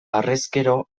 harrezkero